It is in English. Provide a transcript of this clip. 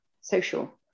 social